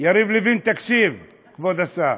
יריב לוין, תקשיב, כבוד השר,